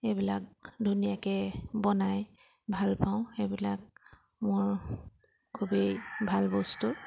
এইবিলাক ধুনীয়াকৈ বনাই ভালপাওঁ সেইবিলাক মোৰ খুবেই ভাল বস্তু